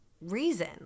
reason